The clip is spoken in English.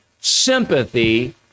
sympathy